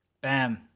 Bam